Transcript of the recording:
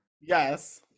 Yes